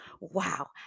wow